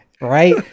right